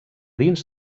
dins